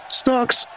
stocks